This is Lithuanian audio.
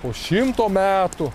po šimto metų